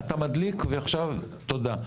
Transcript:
אתה מדליק ועכשיו תודה.